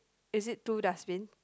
is it two dustbin